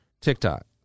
TikTok